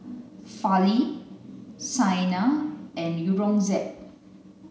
Fali Saina and Aurangzeb